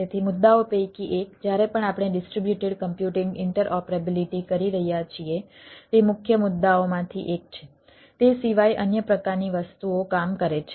તેથી મુદ્દાઓ પૈકી એક જ્યારે પણ આપણે ડિસ્ટ્રીબ્યુટેડ કમ્પ્યુટિંગ ઇન્ટરઓપરેબિલિટી કરી રહ્યા છીએ તે મુખ્ય મુદ્દાઓમાંથી એક છે તે સિવાય અન્ય પ્રકારની વસ્તુઓ કામ કરે છે